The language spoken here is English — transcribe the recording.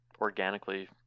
organically